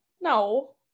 no